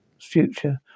future